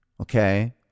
Okay